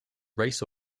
race